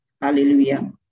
hallelujah